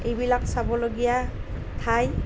এইবিলাক চাবলগীয়া ঠাই